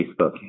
Facebook